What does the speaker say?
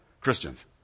Christians